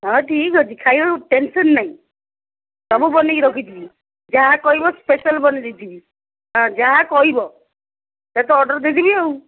ହଁ ଠିକ୍ ଅଛି ଖାଇବାକୁ ଟେନସନ୍ ନାଇଁ ସବୁ ବନାଇକି ରଖିଛି ମୁଁ ଯାହା କହିବ ସ୍ପେସିଆଲ୍ ବନାଇ ଦେଇଥିବି ହଁ ଯାହା କହିବ ତା'କୁ ତ ଅର୍ଡ଼ର୍ ଦେଇଦେବି ଆଉ